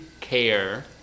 care